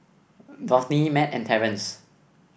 Dorthey Mat and Terence